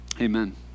Amen